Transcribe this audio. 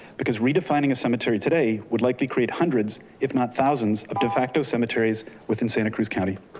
because redefining a cemetery today would likely create hundreds, if not thousands of defacto cemeteries within santa cruz county.